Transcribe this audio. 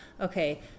okay